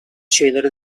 şeyleri